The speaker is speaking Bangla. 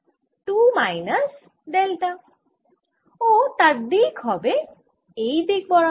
তাহলে আমি এই আয়তন যেটি গর্তের মধ্যে তার ওপর ইন্টিগ্রেট করলাম এখানে ইন্টিগ্রেশান d v এখানে ইন্টিগ্রেশান d v এখানেও ইন্টিগ্রেশান d v